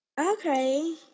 Okay